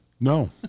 No